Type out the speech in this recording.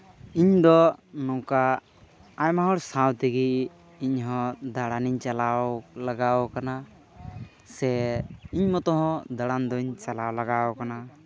ᱤᱧ ᱫᱚ ᱱᱚᱝᱠᱟ ᱟᱭᱢᱟ ᱦᱚᱲ ᱥᱟᱶ ᱛᱮᱜᱮ ᱤᱧ ᱦᱚᱸ ᱫᱟᱬᱟᱱᱤᱧ ᱪᱟᱞᱟᱣ ᱞᱟᱜᱟᱣ ᱠᱟᱱᱟ ᱥᱮ ᱤᱧ ᱢᱚᱛᱚ ᱦᱚᱸ ᱫᱟᱬᱟᱱ ᱫᱚᱧ ᱪᱟᱞᱟᱣ ᱞᱟᱜᱟᱣ ᱠᱟᱱᱟ